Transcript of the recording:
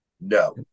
No